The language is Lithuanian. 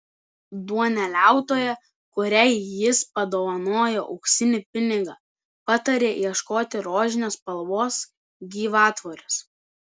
duoneliautoja kuriai jis padovanoja auksinį pinigą pataria ieškoti rožinės spalvos gyvatvorės